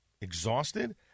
exhausted